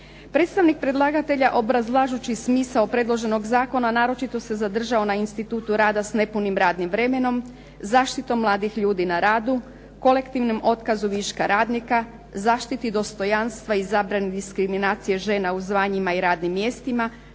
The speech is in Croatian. Predstavnik predlagatelja obrazlažući smisao predloženog zakona, naročito se zadržao na institutu rada s nepunim radnim vremenom, zaštitom mladih ljudi na radu, kolektivnom otkazu viška radnika, zaštiti dostojanstva i zabrani diskriminacije žena u zvanjima i radnim mjestima,